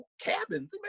cabins